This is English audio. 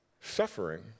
suffering